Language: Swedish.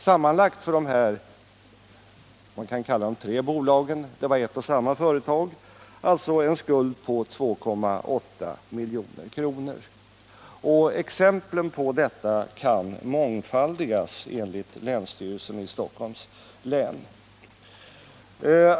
Sammanlagt hade de här tre bolagen —- som var ett och samma företag — alltså en skuld på 2,8 milj.kr. Exemplen på detta kan mångfaldigas enligt länsstyrelsen i Stockholms län.